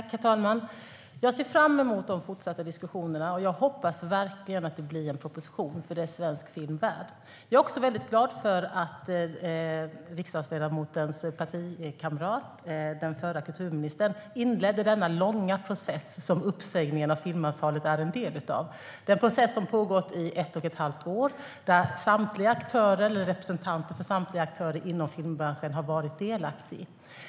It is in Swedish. Herr talman! Jag ser fram emot fortsatta diskussioner. Jag hoppas verkligen att det blir en proposition, för det är svensk film värd. Jag är också glad för att riksdagsledamotens partikamrat, den förra kulturministern, inledde den långa process som uppsägningen av filmavtalet är en del av. Det är en process som har pågått i ett och ett halvt år där representanter för samtliga aktörer inom filmbranschen har varit delaktiga.